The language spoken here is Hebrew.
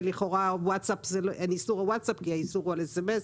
ולכאורה אין איסור על ווטסאפ כי האיסור הוא על sms,